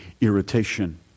irritation